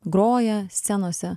groja scenose